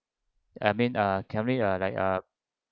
I mean err can make like err